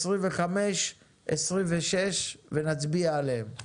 25, 26 ונצביע עליהן.